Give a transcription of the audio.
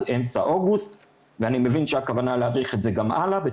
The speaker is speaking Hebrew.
אמצע אוגוסט ואני מבין שהכוונה היא להאריך את זה גם הלאה,